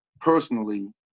personally